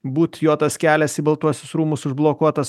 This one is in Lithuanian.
būt jo tas kelias į baltuosius rūmus užblokuotas